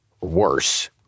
Worse